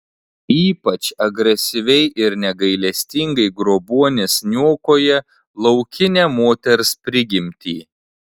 ypač agresyviai ir negailestingai grobuonis niokoja laukinę moters prigimtį